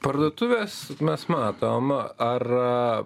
parduotuves mes matom ar